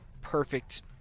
perfect